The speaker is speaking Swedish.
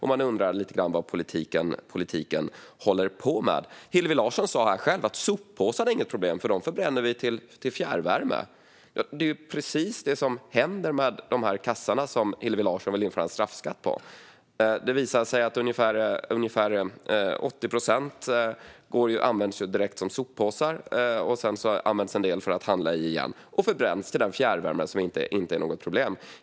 Man undrar lite grann över vad politiken håller på med. Hillevi Larsson sa här själv att soppåsarna inte är något problem, för dem förbränner vi till fjärrvärme. Det är precis det som händer med de kassar som Hillevi Larsson vill införa en straffskatt på. Det visar sig att ungefär 80 procent används direkt som soppåsar. Sedan används en del för att handla med igen. De förbränns till den fjärrvärme som inte är något problem.